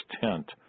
tent